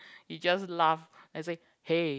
he just laugh and say hey